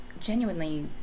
genuinely